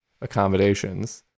accommodations